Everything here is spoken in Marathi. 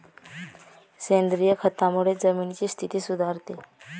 सेंद्रिय खतामुळे जमिनीची स्थिती सुधारते